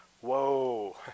Whoa